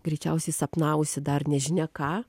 greičiausiai sapnavusi dar nežinia ką